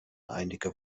einige